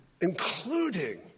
including